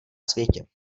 světě